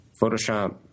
Photoshop